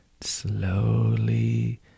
slowly